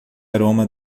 aroma